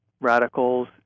radicals